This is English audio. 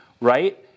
right